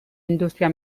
industria